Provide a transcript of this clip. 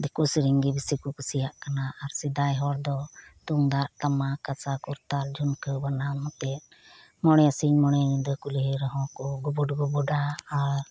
ᱫᱤᱠᱩ ᱥᱮᱨᱮᱧ ᱜᱮ ᱵᱤᱥᱤ ᱠᱚ ᱠᱩᱥᱤᱭᱟᱜ ᱠᱟᱱᱟ ᱟᱨ ᱥᱮᱫᱟᱭ ᱦᱚᱲ ᱫᱚ ᱛᱩᱢᱫᱟᱜ ᱴᱟᱢᱟᱠ ᱠᱟᱥᱟ ᱠᱚᱨᱛᱟᱞ ᱡᱷᱩᱱᱠᱟᱹ ᱵᱟᱱᱟᱢ ᱛᱮ ᱢᱚᱬᱮ ᱥᱤᱧ ᱢᱚᱬᱮ ᱧᱤᱫᱟᱹ ᱠᱩᱞᱦᱤ ᱨᱮᱦᱚᱸ ᱠᱚ ᱜᱩᱵᱩᱰ ᱜᱩᱵᱩᱰᱟ ᱟᱨ